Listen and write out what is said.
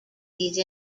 these